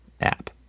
app